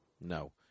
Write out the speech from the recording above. No